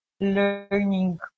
learning